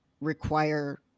require